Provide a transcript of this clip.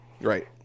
right